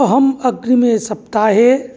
अहम् अग्रिमे सप्ताहे